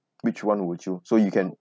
which [one] would you so you can